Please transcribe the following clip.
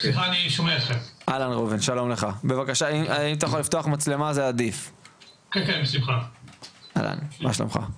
את התייחסות המשרד לכל הקשור בהימורים.